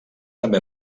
també